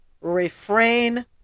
refrain